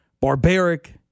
barbaric